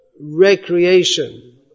recreation